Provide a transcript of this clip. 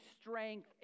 strength